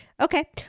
Okay